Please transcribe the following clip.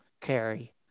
carry